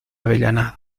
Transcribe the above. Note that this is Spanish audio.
avellanado